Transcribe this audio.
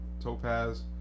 topaz